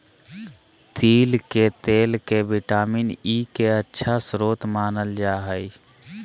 तिल के तेल के विटामिन ई के अच्छा स्रोत मानल जा हइ